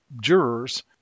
jurors